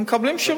הם מקבלים שירות.